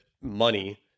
money